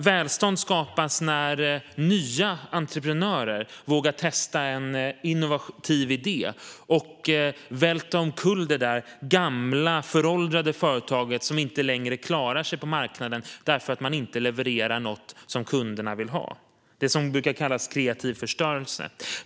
Välstånd skapas när nya entreprenörer vågar testa en innovativ idé och välter omkull det gamla, föråldrade företaget som inte längre klarar sig på marknaden därför att det inte levererar något som kunderna vill ha, vilket brukar kallas kreativ förstörelse.